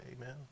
Amen